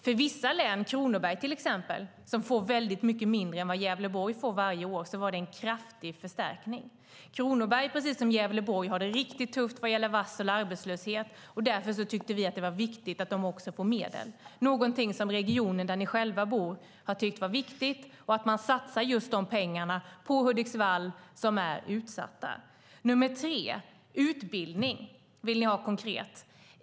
För vissa län, Kronoberg till exempel, som får väldigt mycket mindre än vad Gävleborg får varje år, var det en kraftig förstärkning. Kronoberg har, precis som Gävleborg, det riktigt tufft vad gäller varsel och arbetslöshet. Därför tyckte vi att det var viktigt att de också får medel. Det är någonting som regionen där ni själva bor har tyckt varit viktigt och att man satsar just de pengarna på Hudiksvall som är utsatt. Nummer tre handlar om utbildning - det vill ni ha konkret.